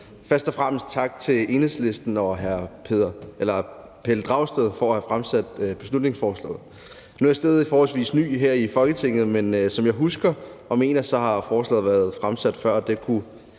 Først og fremmest tak til Enhedslisten og hr. Pelle Dragsted for at have fremsat beslutningsforslaget. Nu er jeg stadig forholdsvis ny her i Folketinget, men som jeg husker det, har forslaget været fremsat før, og det kunne